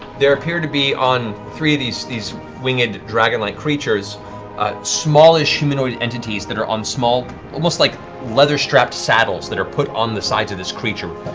there appear to be on three of these winged, dragon-like creatures ah smallish, humanoid entities that are on small, almost like leather strapped saddles that are put on the sides of this creature.